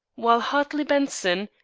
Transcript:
while hartley benson,